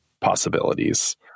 possibilities